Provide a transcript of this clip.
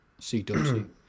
CWC